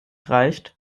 reicht